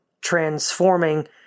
transforming